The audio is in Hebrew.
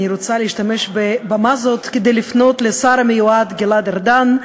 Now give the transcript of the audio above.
אני רוצה להשתמש בבמה זאת כדי לפנות לשר המיועד גלעד ארדן,